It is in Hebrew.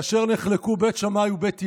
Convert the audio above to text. כאשר נחלקו בית שמאי ובית הלל,